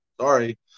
sorry